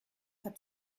hat